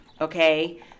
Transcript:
okay